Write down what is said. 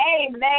amen